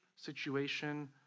situation